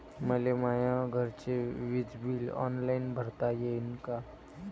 मले माया घरचे विज बिल ऑनलाईन भरता येईन का?